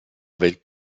welt